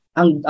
ang